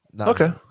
okay